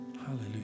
Hallelujah